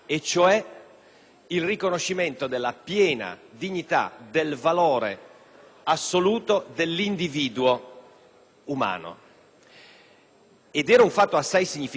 il riconoscimento della piena dignità e del valore assoluto dell'individuo. È un fatto assai significativo